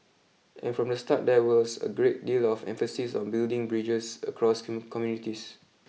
and from the start there was a great deal of emphasis on building bridges across communities